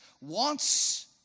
wants